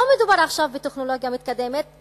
לא מדובר עכשיו בטכנולוגיה מתקדמת,